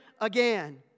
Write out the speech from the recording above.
again